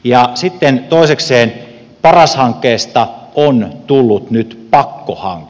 ja sitten toisekseen paras hankkeesta on tullut nyt pakkohanke